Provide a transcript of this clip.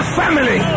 family